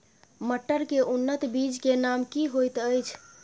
मटर के उन्नत बीज के नाम की होयत ऐछ?